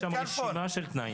יש שם רשימה של תנאים.